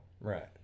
Right